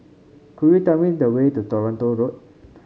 could you tell me the way to Toronto Road